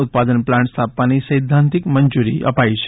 ઉત્પાદન પ્લાન્ટ સ્થાપવાની સૈધ્ધાંતિક મંજૂરી અપાઈ છે